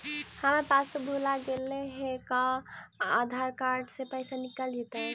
हमर पासबुक भुला गेले हे का आधार कार्ड से पैसा निकल जितै?